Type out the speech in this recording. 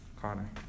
Connor